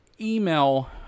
email